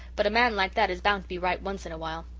but a man like that is bound to be right once in a while.